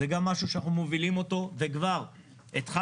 זה גם משהו שאנחנו מובילים אותו, וכבר התחלנו.